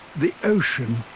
the ocean.